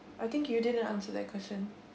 I think you didn't answer that question